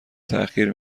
تاخیر